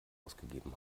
ausgegeben